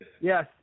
Yes